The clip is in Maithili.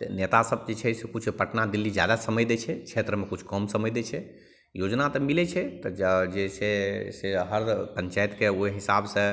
तऽ नेतासभ जे छै से किछु पटना दिल्ली जादा समय दै छै क्षेत्रमे किछु कम समय दै छै योजना तऽ मिलै छै तऽ जँ जे से से हर पञ्चाइतके ओहि हिसाबसे